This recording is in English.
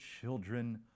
children